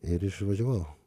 ir išvažiavau